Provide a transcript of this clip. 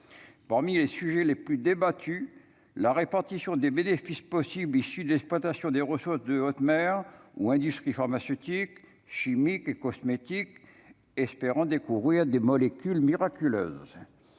parmi les sujets les plus débattus, la répartition des bénéfices possibles issues de l'exploitation des ressources de haute mer ou industries pharmaceutiques, chimiques et cosmétiques espèrent en découvrir des molécules miraculeuses